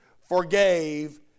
forgave